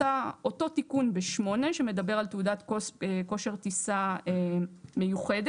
אותו תיקון ב-8 שמדבר על תעודת כושר טיסה מיוחדת.